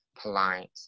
polite